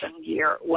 year